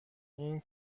این